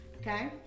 Okay